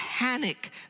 panic